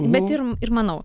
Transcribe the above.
bet ir ir manau